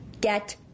Get